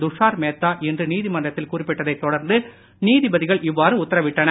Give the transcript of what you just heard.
துஷார் மேத்தா இன்று நீதிமன்றத்தில் குறிப்பிட்டதைத் தொடர்ந்து நீதிபதிகள் இவ்வாறு உத்தரவிட்டனர்